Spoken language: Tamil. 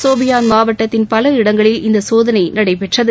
சோபியான் மாவட்டத்தின் பல இடங்களில் இந்த சோதனை நடைபெற்றது